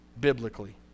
biblically